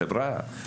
חבריה,